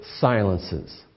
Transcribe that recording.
silences